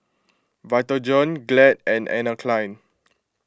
Vitagen Glad and Anne Klein